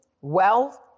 wealth